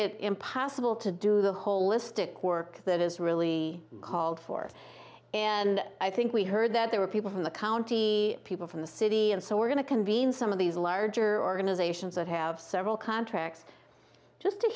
it impossible to do the holistic work that is really called for and i think we heard that there were people from the county people from the city and so we're going to convene some of these larger organizations that have several contracts just to